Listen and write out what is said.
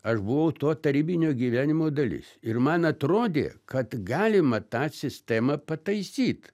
aš buvau to tarybinio gyvenimo dalis ir man atrodė kad galima tą sistemą pataisyt